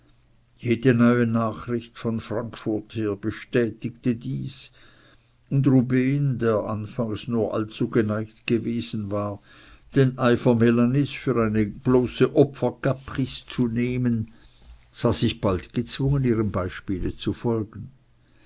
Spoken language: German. jede neue nachricht von frankfurt her bestätigte dies und rubehn der anfangs nur allzu geneigt gewesen war den eifer melanies für eine bloße opferkaprice zu nehmen sah sich alsbald gezwungen ihrem beispiele zu folgen